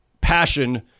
passion